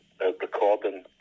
recording